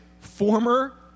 former